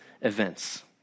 events